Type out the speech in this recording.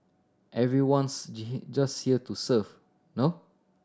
everyone's just here to serve no